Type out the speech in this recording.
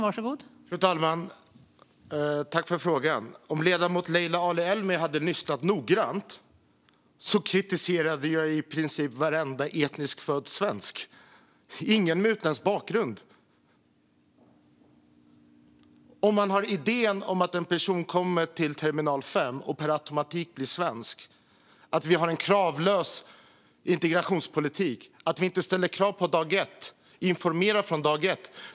Fru talman! Tack för frågan! Om ledamoten Leila Ali Elmi hade lyssnat noggrant hade hon hört att jag i princip kritiserade varenda etniskt född svensk och ingen med utländsk bakgrund. Det handlar om att man har idén att en person kommer till terminal 5 och per automatik blir svensk. Vi har en kravlös integrationspolitik. Vi ställer inte krav och informerar från dag ett.